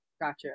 Gotcha